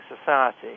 society